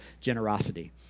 generosity